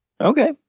Okay